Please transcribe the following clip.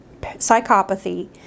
psychopathy